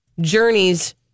Journeys